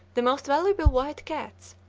the most valuable white cats,